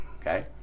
Okay